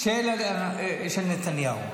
של נתניהו.